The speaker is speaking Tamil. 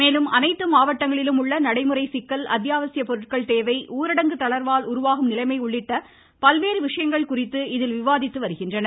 மேலும் அனைத்து மாவட்டங்களிலும் உள்ள நடைமுறை சிக்கல் அத்யாவசிய பொருட்கள் தேவை ஊரடங்கு தளர்வால் உருவாகும் நிலைமை உள்ளிட்ட பல்வேறு விசயங்கள் குறித்து இதில் விவாதித்து வருகின்றனர்